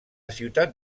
ciutat